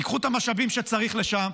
תיקחו את המשאבים שצריך לשם,